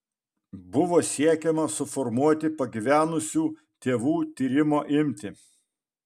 buvo siekiama suformuoti pagyvenusių tėvų tyrimo imtį